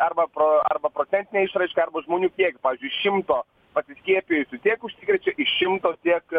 arba pro arba procentine išraiška arba žmonių kiekiu pavyzdžiui iš šimto pasiskiepijusių tiek užsikrečia iš šimto tiek